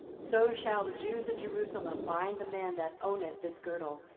so shall the jews at jerusalem bind the man that owneth this girdle,